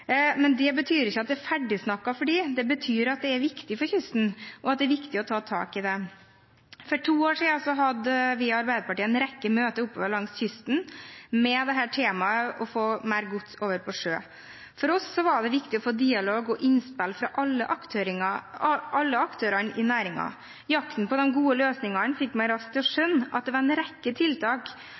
Men det betyr ikke at det er ferdigsnakket for det. Det betyr at det er viktig for kysten, og at det er viktig å ta tak i det. For to år siden hadde vi i Arbeiderpartiet en rekke møter oppover langs kysten med dette temaet å få mer gods over på sjø. For oss var det viktig å få dialog og innspill fra alle aktørene i næringen. Jakten på de gode løsningene fikk meg raskt til å skjønne at det var en rekke tiltak,